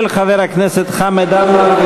של חבר הכנסת חמד עמאר.